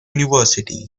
university